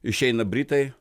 išeina britai